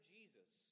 Jesus